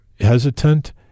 hesitant